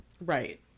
Right